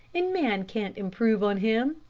and man can't improve on him.